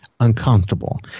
uncomfortable